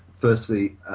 Firstly